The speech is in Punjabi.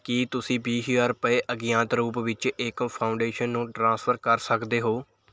ਕੀ ਤੁਸੀਂਂ ਵੀਹ ਹਜ਼ਾਰ ਰੁਪਏ ਅਗਿਆਤ ਰੂਪ ਵਿੱਚ ਏਕਮ ਫਾਊਂਡੇਸ਼ਨ ਨੂੰ ਟ੍ਰਾਂਸਫਰ ਕਰ ਸਕਦੇ ਹੋ